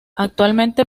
actualmente